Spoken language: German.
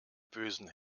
bösen